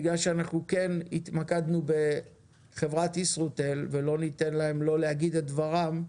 בגלל שהתמקדנו בחברת ישרוטל ולא ניתן להם לא להגיד את דברם,